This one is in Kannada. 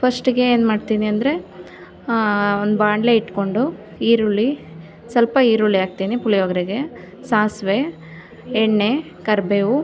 ಫಸ್ಟ್ಗೆ ಏನ್ಮಾಡ್ತೀನಿ ಅಂದರೆ ಒಂದು ಬಾಣಲೆ ಇಟ್ಕೊಂಡು ಈರುಳ್ಳಿ ಸ್ವಲ್ಪ ಈರುಳ್ಳಿ ಹಾಕ್ತೀನಿ ಪುಳಿಯೊಗರೆಗೆ ಸಾಸಿವೆ ಎಣ್ಣೆ